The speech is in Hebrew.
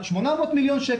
הוקצו לנושא 800 מיליון שקל,